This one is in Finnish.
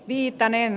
viitanen